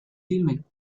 filmen